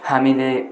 हामीले